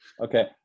okay